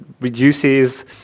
reduces